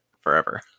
forever